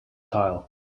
tile